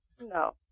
No